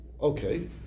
okay